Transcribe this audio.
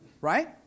Right